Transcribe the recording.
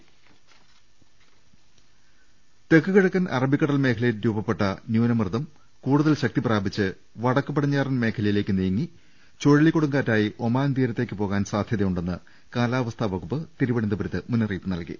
ൾ ൽ ൾ തെക്ക് കിഴക്കൻ അറബിക്കടൽ മേഖലയിൽ രൂപപ്പെട്ട ന്യൂന മർദ്ദം കൂടുതൽ ശക്തി പ്രാപിച്ച് വടക്ക് പടിഞ്ഞാറൻ മേഖലയിലേക്ക് നീങ്ങി ചുഴലികൊടുങ്കാറ്റായി ഒമാൻ തീരത്തേക്ക് പോകാൻ സാധ്യ തയുണ്ടെന്ന് കാലാവസ്ഥാ വകുപ്പ് തിരുവനന്തപുരത്ത് മുന്നറിയിപ്പ് നൽകി